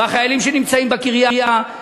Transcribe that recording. החיילים שנמצאים בקריה.